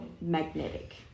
magnetic